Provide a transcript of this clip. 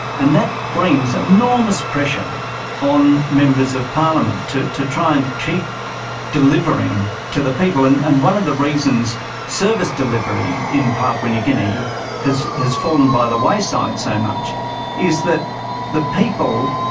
and that brings and enormous pressure on members of parliament to to try and keep delivering to the people. and and one of the reasons service delivery in papua new guinea has has fallen by the wayside so much is that the people,